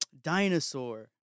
Dinosaur